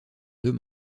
deux